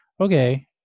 okay